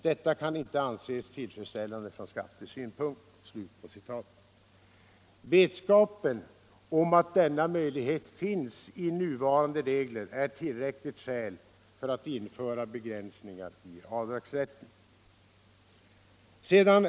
Detta kan inte anses tillfredsställande från skattesynpunkt.” Vetskapen om att denna möjlighet finns i nuvarande regler är ett tillräckligt skäl för att införa begränsningar i avdragsrätten.